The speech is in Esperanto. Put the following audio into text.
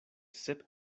sep